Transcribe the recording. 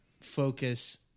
focus